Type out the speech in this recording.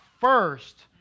first